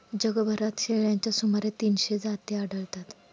जगभरात शेळ्यांच्या सुमारे तीनशे जाती आढळतात